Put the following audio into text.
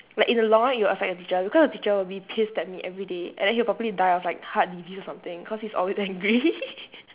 like in the long run it will affect the teacher because the teacher will be pissed at me everyday and then he will probably die of like heart disease or something because he's always angry